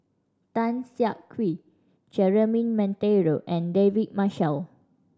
Tan Siak Kew Jeremy Monteiro and David Marshall